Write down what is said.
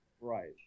right